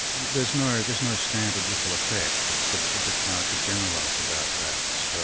there's no there's no standard ripple effect, it's a bit hard to generalise about that.